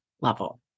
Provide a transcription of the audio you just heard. level